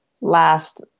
last